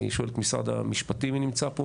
אני שואל את משרד המשפטים נמצא פה,